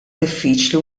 diffiċli